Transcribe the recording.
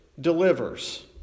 delivers